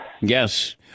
Yes